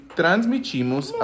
transmitimos